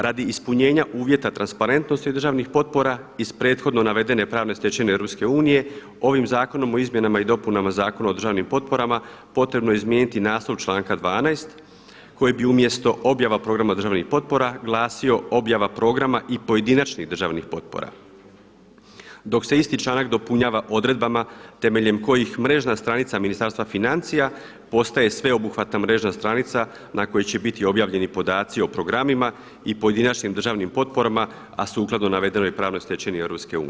Radi ispunjenja uvjeta transparentnosti državnih potpora iz prethodno navedene pravne stečevine EU ovim Zakonom o izmjenama i dopunama Zakona o državnim potporama potrebno je izmijeniti naslov članka 12. koji bi umjesto objava programa državnih potpora glasio objava programa i pojedinačnih državnih potpora, dok se isti članak dopunjava odredbama temeljem kojih mrežna stranica Ministarstva financija postaje sveobuhvatna mreža stranica na kojoj će biti objavljeni podaci o programima i pojedinačnim državnim potporama, a sukladno navedenoj pravnoj stečevini EU.